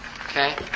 Okay